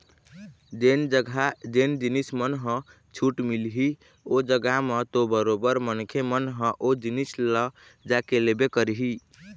जेन जघा जेन जिनिस मन ह छूट मिलही ओ जघा म तो बरोबर मनखे मन ह ओ जिनिस ल जाके लेबे करही